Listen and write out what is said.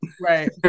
Right